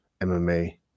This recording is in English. MMA